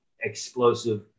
Explosive